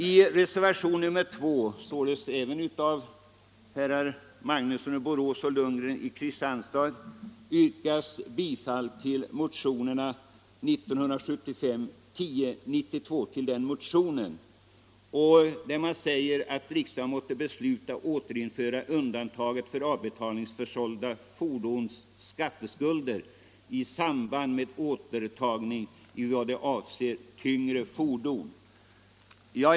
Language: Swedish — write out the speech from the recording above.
I reservationen 2 av herrar Magnusson i Borås och Lundgren i Kristianstad tillstyrks motionen 1092, i vilken det yrkas att riksdagen måtte besluta återinföra undantaget för avbetalningsförsålda fordonsskatteskulder i samband med återtagning av fordonet i vad det avser tyngre fordon.